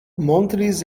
montris